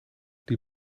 die